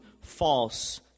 false